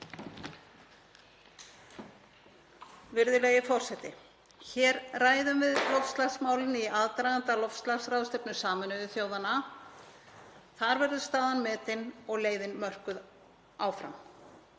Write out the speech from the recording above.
Virðulegi forseti. Hér ræðum við loftslagsmálin í aðdraganda loftslagsráðstefnu Sameinuðu þjóðanna. Þar verður staðan metin og leiðin mörkuð áfram.